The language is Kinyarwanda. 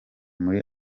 muri